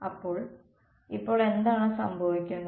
അപ്പോൾ ഇപ്പോൾ എന്താണ് സംഭവിക്കുന്നത്